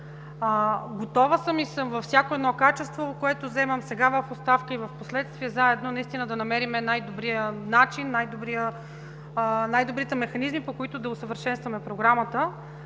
Готова съм във всяко едно качество, което заемам сега в оставка и впоследствие, заедно да намерим най-добрия начин, най-добрите механизми, по които да усъвършенстваме Програмата.